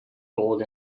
gold